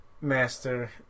Master